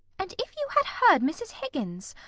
and if you had heard mrs. higgins!